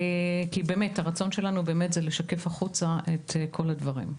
כי הרצון שלנו הוא לשקף החוצה את כל הדברים.